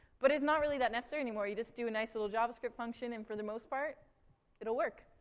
but it's not really that necessary anymore. you just do a nice little javascript function, and for the most part it will work.